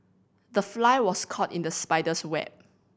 the fly was caught in the spider's web